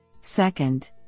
Second